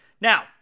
Now